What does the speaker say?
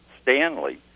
Stanley